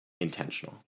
intentional